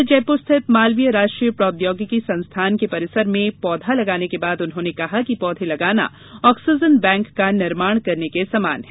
कल जयपुर स्थित मालवीय राष्ट्रीय प्रौद्योगिकी संस्थान के परिसर में पौधा लगाने के बाद उन्होंने कहा कि पौधे लगाना ऑक्सीजन बैंक का निर्माण करने के समान है